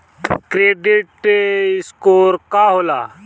Credit score का होला?